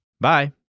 Bye